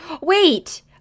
Wait